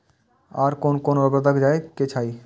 आर कोन कोन उर्वरक दै के चाही?